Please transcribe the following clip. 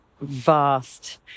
vast